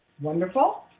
Wonderful